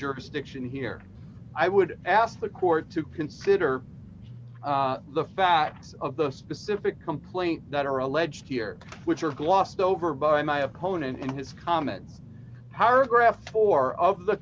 jurisdiction here i would ask the court to consider the facts of the specific complaint that are alleged here which are glossed over by my opponent and his common paragraph four of the